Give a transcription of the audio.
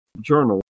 journal